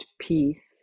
peace